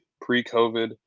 pre-COVID